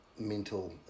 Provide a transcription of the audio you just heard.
mental